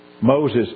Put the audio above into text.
Moses